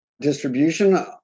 distribution